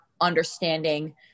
understanding